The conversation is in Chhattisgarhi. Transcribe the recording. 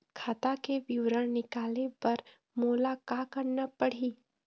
खाता के विवरण निकाले बर मोला का करना पड़ही?